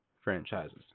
franchises